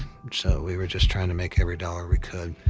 so we were just trying to make every dollar we could.